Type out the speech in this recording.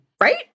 Right